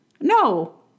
No